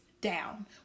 down